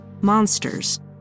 Monsters